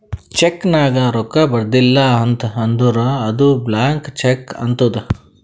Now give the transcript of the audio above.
check ನಾಗ್ ರೊಕ್ಕಾ ಬರ್ದಿಲ ಅಂತ್ ಅಂದುರ್ ಅದು ಬ್ಲ್ಯಾಂಕ್ ಚೆಕ್ ಆತ್ತುದ್